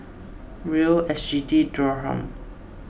Riel S G D Dirham